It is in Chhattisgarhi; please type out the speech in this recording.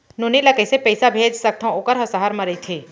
नोनी ल कइसे पइसा भेज सकथव वोकर ह सहर म रइथे?